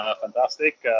fantastic